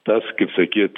tas kaip sakyt